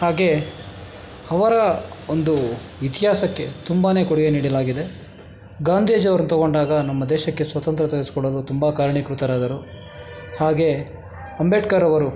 ಹಾಗೇ ಅವರ ಒಂದು ಇತಿಹಾಸಕ್ಕೆ ತುಂಬಾ ಕೊಡುಗೆ ನೀಡಲಾಗಿದೆ ಗಾಂಧೀಜಿಯವ್ರ್ನ ತಗೊಂಡಾಗ ನಮ್ಮ ದೇಶಕ್ಕೆ ಸ್ವಾತಂತ್ರ್ಯ ತರಿಸ್ಕೊಡೋದು ತುಂಬ ಕಾರ್ಣೀಕೃತರಾದರು ಹಾಗೇ ಅಂಬೇಡ್ಕರವರು